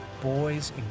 boys